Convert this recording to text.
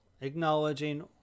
acknowledging